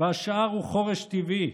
והשאר הוא חורש טבעי.